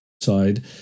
side